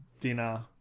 dinner